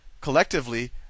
collectively